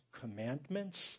commandments